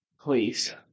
Please